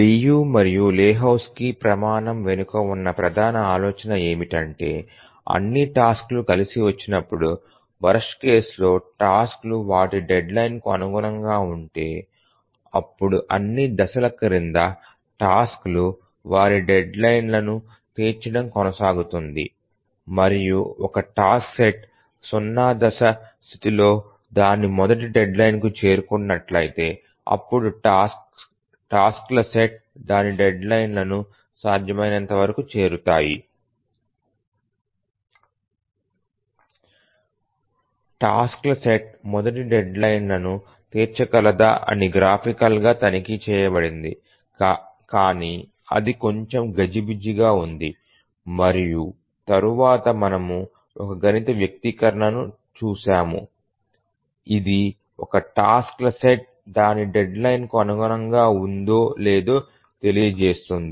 Liu మరియు Lehoczky ప్రమాణం వెనుక ఉన్న ప్రధాన ఆలోచన ఏమిటంటే అన్ని టాస్క్ లు కలిసి వచ్చినప్పుడు వరస్ట్ కేసులో టాస్క్ లు వాటి డెడ్లైన్కు అనుగుణంగా ఉంటే అప్పుడు అన్ని దశల క్రింద టాస్క్ లు వారి డెడ్లైన్లను తీర్చడం కొనసాగుతుంది మరియు ఒక టాస్క్ సెట్ 0 దశల స్థితిలో దాని మొదటి డెడ్లైన్కు చేరుకున్నట్లయితే అప్పుడు టాస్క్ ల సెట్ దాని డెడ్లైన్లను సాధ్యమైనంత వరకు చేరుతాయి టాస్క్ల సెట్ మొదటి డెడ్లైన్లను తీర్చగలదా అని గ్రాఫికల్గా తనిఖీ చేయబడింది కానీ అది కొంచెం గజిబిజిగా ఉంది మరియు తరువాత మనము ఒక గణిత వ్యక్తీకరణను చూశాము ఇది ఒక టాస్క్ ల సెట్ దాని డెడ్లైన్కు అనుగుణంగా ఉందో లేదో తెలియజేస్తుంది